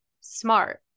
smart